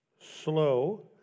slow